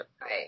Right